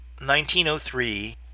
1903